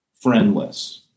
friendless